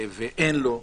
ואין לו,